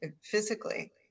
physically